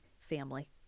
family